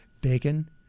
Bacon